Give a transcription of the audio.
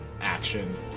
action